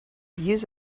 use